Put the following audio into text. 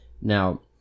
Now